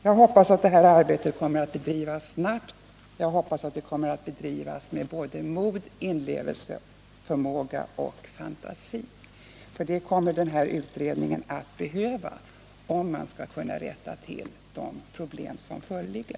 Jag hoppas att utredningsarbetet kommer att bedrivas snabbt och med både mod, inlevelseförmåga och fantasi — för det kommer utredningen att behöva om man skall kunna rätta till de problem som föreligger.